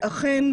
ואכן,